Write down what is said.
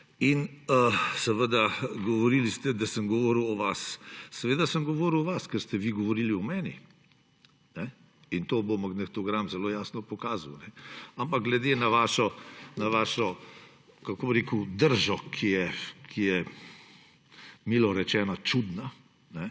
ste seveda, da sem govoril o vas. Seveda sem govoril o vas, ker ste vi govorili o meni in to bo magnetogram zelo jasno pokazal. Ampak glede na vašo držo, ki je milo rečeno čudna,